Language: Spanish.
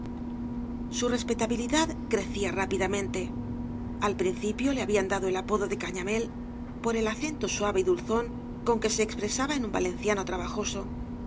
su respetabilidad crecía rápidamente al prin cipío le habían dado el apodo de cañamél por el acento suave y dulzón con que se expresaba en un valenciano trabajoso